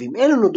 תושבים אלו,